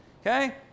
Okay